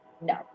No